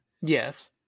Yes